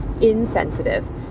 insensitive